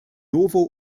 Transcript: novo